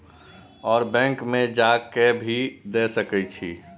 और बैंक में जा के भी दे सके छी?